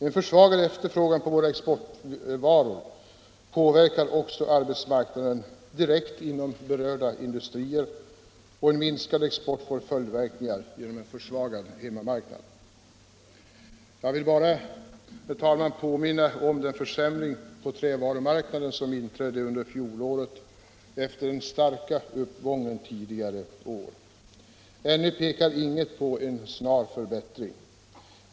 En försvagad efterfrågan på våra exportvaror påverkar också arbetsmarknaden direkt inom berörda industrier, och en minskad export får följdverkningar genom en försvagad hemmamarknad. Jag vill bara, herr talman, påminna om den försämring på trävarumarknaden som inträdde under fjolåret efter den starka uppgången tidigare år. Ännu pekar inget på en snar förbättring.